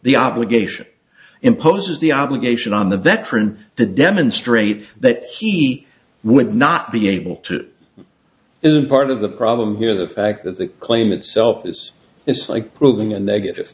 the obligation imposes the obligation on the veteran to demonstrate that he would not be able to isn't part of the problem here the fact that the claim itself is it's like proving a negative